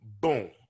boom